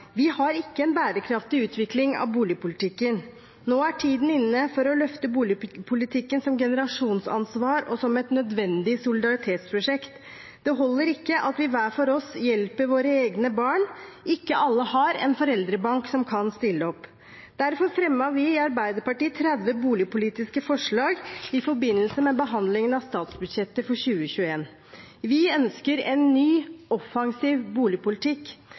Vi har ikke en bærekraftig utvikling av boligpolitikken. Nå er tiden inne for å løfte boligpolitikken som generasjonsansvar og som et nødvendig solidaritetsprosjekt. Det holder ikke at vi hver for oss hjelper våre egne barn. Ikke alle har en foreldrebank som kan stille opp. Derfor fremmet vi i Arbeiderpartiet 30 boligpolitiske forslag i forbindelse med behandlingen av statsbudsjettet for 2021. Vi ønsker en ny, offensiv boligpolitikk.